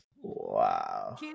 Wow